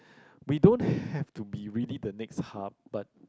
we don't have to be really the next hub but